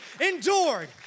endured